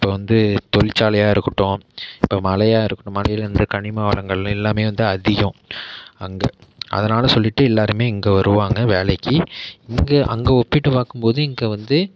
இப்போ வந்து தொழிற்சாலையாக இருக்கட்டும் இப்போ மலையாக இருக்கட்டும் மலையில் வந்து கனிம வளங்கள் வந்து எல்லாமே அதிகம் அங்கே அதனால் சொல்லிட்டு எல்லோருமே இங்கெ வருவாங்க வேலைக்கு இங்கே அங்கே ஒப்பிட்டு பார்க்கும் போது இங்கே வந்து